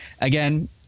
again